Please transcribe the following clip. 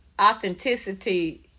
authenticity